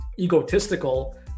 egotistical